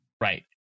Right